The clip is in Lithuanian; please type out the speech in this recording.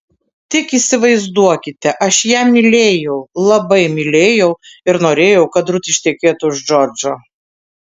tik įsivaizduokite aš ją mylėjau labai mylėjau ir norėjau kad rut ištekėtų už džordžo